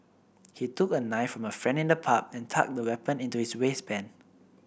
he took a knife from a friend in the pub and tucked the weapon into his waistband